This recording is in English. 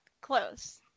close